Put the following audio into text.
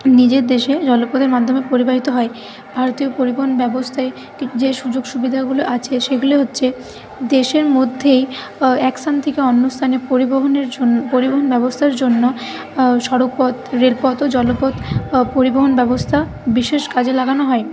নিজের দেশে জলপথের মাধ্যমে পরিবাহিত হয় ভারতীয় পরিবহন ব্যবস্থায় যে সুযোগ সুবিধাগুলো আছে সেগুলি হচ্ছে দেশের মধ্যেই এক স্থান থেকে অন্য স্থানে পরিবহনের জন্য পরিবহন ব্যবস্থার জন্য সড়কপথ রেলপথ ও জলপথ পরিবহন ব্যবস্থা বিশেষ কাজে লাগানো হয়